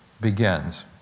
begins